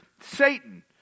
Satan